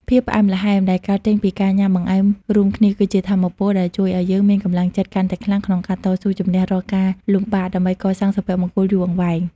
ភាពផ្អែមល្ហែមដែលកើតចេញពីការញ៉ាំបង្អែមរួមគ្នា គឺជាថាមពលដែលជួយឱ្យយើងមានកម្លាំងចិត្តកាន់តែខ្លាំងក្នុងការតស៊ូជម្នះរាល់ការលំបាក ដើម្បីកសាងសុភមង្គលយូរអង្វែង។